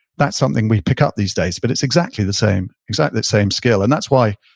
that's something we'd pick up these days. but it's exactly the same, exactly the same skill, and that's why